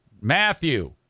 Matthew